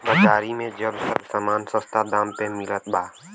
बाजारी में सब समान सस्ता दाम पे मिलत बा